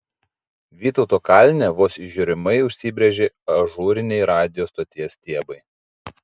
vytauto kalne vos įžiūrimai užsibrėžė ažūriniai radijo stoties stiebai